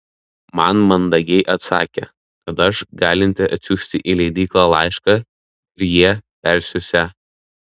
man mandagiai atsakė kad aš galinti atsiųsti į leidyklą laišką ir jie persiųsią